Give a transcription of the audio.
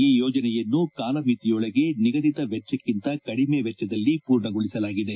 ಈ ಯೋಜನೆಯನ್ನು ಕಾಲಮಿತಿಯೊಳಗೆ ನಿಗದಿತ ವೆಚ್ಚಕ್ಕಿಂತ ಕಡಿಮೆ ವೆಚ್ಚದಲ್ಲಿ ಪೂರ್ಣಗೊಳಿಸಲಾಗಿದೆ